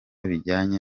bijyanye